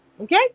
Okay